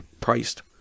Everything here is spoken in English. priced